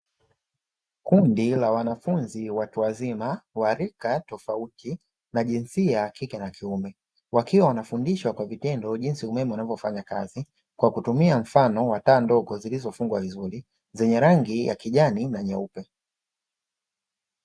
Kundi la wanafunzi watu wazima wa rika tofauti na jinsia ya kike na kiume, wakiwa wanafundishwa kwa vitendo jinsi umeme unavyofanya kazi, kwa kutumia mfano wa taa ndogo zilizofungwa vizuri, zenye rangi ya kijani na nyeupe.